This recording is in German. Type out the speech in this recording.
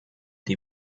die